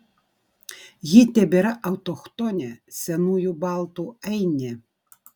ji tebėra autochtonė senųjų baltų ainė